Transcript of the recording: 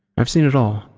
i've seen it all,